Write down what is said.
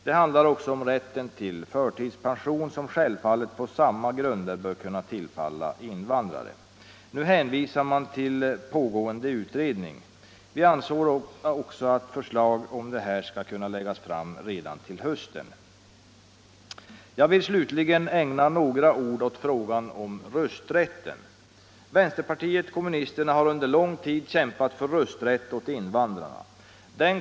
Det handlar också om rätten till förtidspension, som självfallet på samma grunder bör kunna tillfalla invandrare. Utskottet hänvisar till pågående utredning. Vi anser att förslag i denna fråga skall kunna läggas fram redan till hösten. Jag vill slutligen ägna några ord åt frågan om rösträtten. Vänsterpartiet kommunisterna har under lång tid kämpat för rösträtt åt invandrarna.